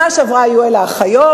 בשנה שעברה היו אלה האחיות,